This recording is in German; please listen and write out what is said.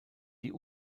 die